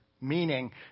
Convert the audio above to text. meaning